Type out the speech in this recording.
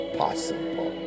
possible